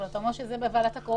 אבל אתה אומר שזה בוועדת הקורונה.